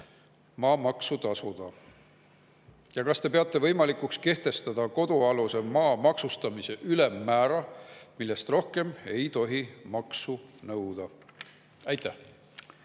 maamaksu tasuda? Kas te peate võimalikuks kehtestada kodualuse maa maksustamise ülemmäära, millest rohkem ei tohi maksu nõuda? Aitäh!